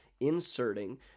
inserting